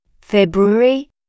February